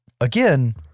again